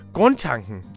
Grundtanken